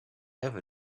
ever